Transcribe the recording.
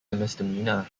misdemeanor